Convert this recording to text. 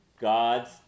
God's